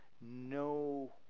no